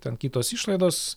ten kitos išlaidos